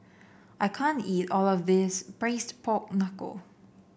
I can't eat all of this Braised Pork Knuckle